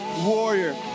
warrior